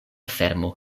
fermo